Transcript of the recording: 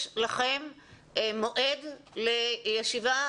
האם יש לכם מועד לישיבה,